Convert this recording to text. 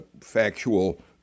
factual